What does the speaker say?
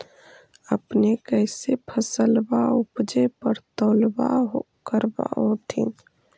अपने कैसे फसलबा उपजे पर तौलबा करबा होत्थिन?